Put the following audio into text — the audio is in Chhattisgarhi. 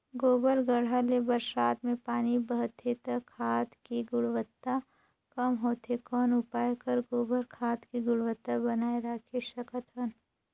गोबर गढ्ढा ले बरसात मे पानी बहथे त खाद के गुणवत्ता कम होथे कौन उपाय कर गोबर खाद के गुणवत्ता बनाय राखे सकत हन?